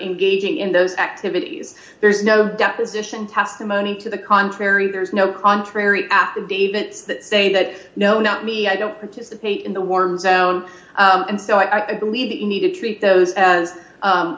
engaging in those activities there's no deposition testimony to the contrary there is no contrary affidavits that say that no not me i don't participate in the warm zone and so i believe that you need to treat those as